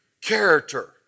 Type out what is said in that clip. Character